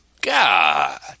God